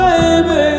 baby